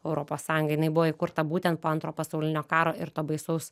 europos sąjunga jinai buvo įkurta būtent po antro pasaulinio karo ir to baisaus